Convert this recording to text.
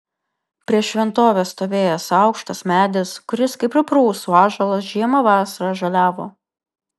prieš šventovę stovėjęs aukštas medis kuris kaip ir prūsų ąžuolas žiemą vasarą žaliavo